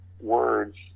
words